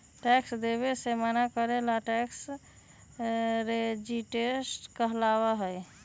tax देवे से मना करे ला टैक्स रेजिस्टेंस कहलाबा हई